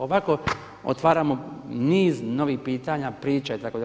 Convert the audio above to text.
Ovako otvaramo niz novih pitanja, priča itd.